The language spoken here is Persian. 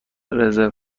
رزرو